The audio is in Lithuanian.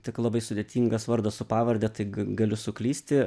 tik labai sudėtingas vardas su pavarde tai g galiu suklysti